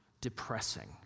depressing